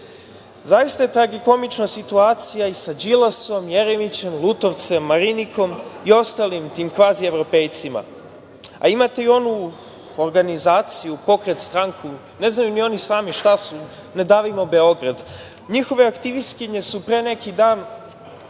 Zaista je tragikomična situacija i sa Đilasom, Jeremićem, Lutovcem, Marinikom i ostalim tim kvazievropejcima, a imate i onu organizaciju, pokret, stranku, ne znaju ni oni sami šta su, „Ne davimo Beograd“.Njihove aktivistkinje su pre neki dan